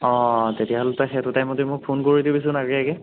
অঁ তেতিয়াহ'লে তই সেইটো টাইমতে মোক ফোন কৰি দিবিচোন আগে আগে